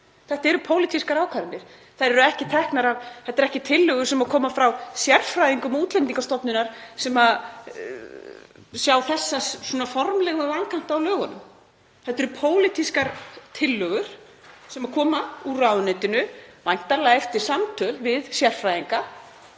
þetta eru pólitískar ákvarðanir, þetta eru ekki tillögur sem koma frá sérfræðingum Útlendingastofnunar sem sjá formlega vankanta á lögunum. Þetta eru pólitískar tillögur sem koma úr ráðuneytinu, væntanlega eftir samtöl við sérfræðinga.